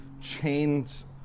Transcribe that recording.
chains